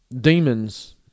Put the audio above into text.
Demons